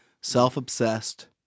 self-obsessed